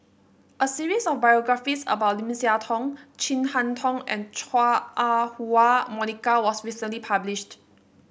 a series of biographies about Lim Siah Tong Chin Harn Tong and Chua Ah Huwa Monica was recently published